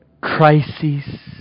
crises